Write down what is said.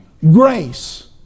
grace